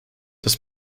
das